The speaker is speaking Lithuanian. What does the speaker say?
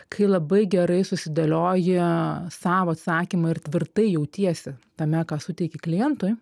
kai labai gerai susidėlioji sau atsakymą ir tvirtai jautiesi tame ką suteiki klientui